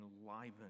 enlivened